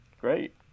great